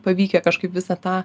pavykę kažkaip visą tą